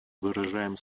выражаем